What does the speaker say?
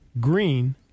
green